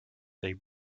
they